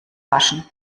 waschen